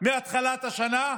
מהתחלת השנה,